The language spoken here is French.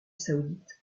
saoudite